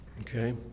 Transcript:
Okay